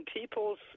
people's